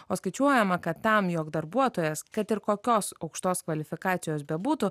o skaičiuojama kad tam jog darbuotojas kad ir kokios aukštos kvalifikacijos bebūtų